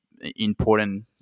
important